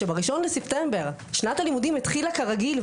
שב-1 לספטמבר שנת הלימודים התחילה כרגיל,